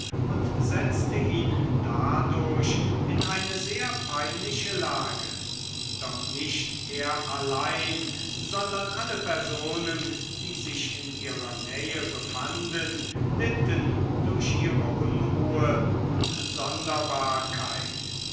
und setzte ihn dadurch in eine sehr peinliche lage doch nicht er allein sondern alle personen die sich in ihrer nähe befanden litten durch ihre unruhe und